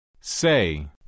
Say